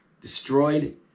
destroyed